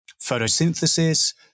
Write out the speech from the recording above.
photosynthesis